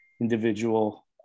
individual